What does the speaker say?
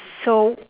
so